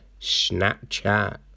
Snapchat